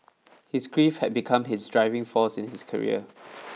his grief had become his driving force in his career